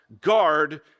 guard